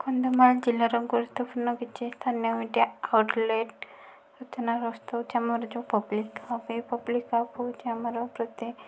କନ୍ଧମାଳ ଜିଲ୍ଲାର ଗୁରୁତ୍ୱପୂର୍ଣ୍ଣ କିଛି ସ୍ଥାନୀୟ ମିଡ଼ିଆ ଆଉଟଲେଟ ସୂଚାନଗ୍ରସ୍ତ ହେଉଛି ଆମର ଯେଉଁ ପବ୍ଲିକ ଆମର ପ୍ରତି